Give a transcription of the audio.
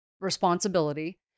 responsibility